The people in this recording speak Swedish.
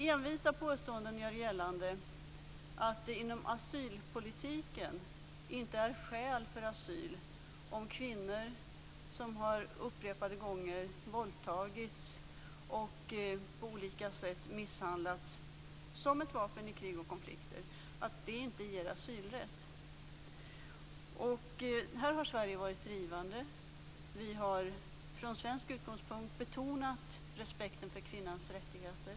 Envisa påståenden gör gällande att det inom asylpolitiken inte anses vara skäl för asyl att kvinnor upprepade gånger har våldtagits och på olika sätt misshandlats, som ett vapen i krig och konflikt. Här har Sverige varit drivande. Vi har från svensk utgångspunkt betonat respekten för kvinnans rättigheter.